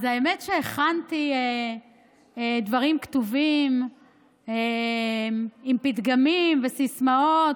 אז האמת שהכנתי דברים כתובים עם פתגמים וסיסמאות,